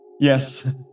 Yes